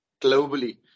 globally